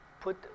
put